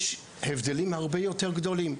יש הבדלים הרבה יותר גדולים.